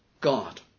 God